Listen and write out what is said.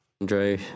Andre